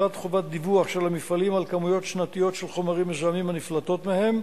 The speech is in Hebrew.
וכן דיווח על פינוי חומרים מזהמים ושל פסולת מהמפעלים,